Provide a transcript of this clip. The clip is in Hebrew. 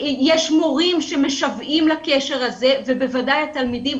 יש מורים שמשוועים לקשר הזה ובוודאי התלמידים,